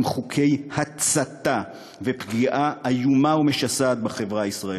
הם חוקי הצתה ופגיעה איומה ומשסעת בחברה הישראלית.